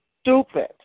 stupid